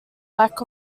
lack